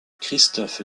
christophe